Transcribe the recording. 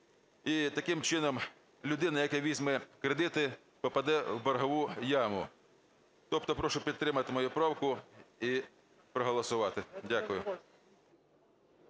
І таким чином, людина, яка візьме кредити, попаде в боргову яму. Тобто прошу підтримати мою правку і проголосувати. Дякую.